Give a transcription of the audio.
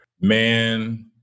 Man